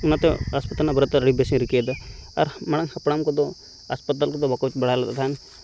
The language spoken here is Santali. ᱚᱱᱟᱛᱮ ᱦᱟᱥᱯᱟᱛᱟᱞ ᱵᱟᱨᱮᱛᱮ ᱟᱹᱞᱤᱧ ᱟᱹᱰᱤ ᱵᱮᱥᱮᱧ ᱨᱤᱠᱟᱹᱭᱮᱫᱟ ᱟᱨ ᱢᱟᱲᱟᱝ ᱦᱟᱯᱲᱟᱢ ᱠᱚᱫᱚ ᱦᱟᱥᱯᱟᱛᱟᱞ ᱠᱚᱫᱚ ᱵᱟᱠᱚ ᱦᱮᱡ ᱵᱟᱲᱟ ᱞᱮᱱ ᱛᱟᱦᱮᱱ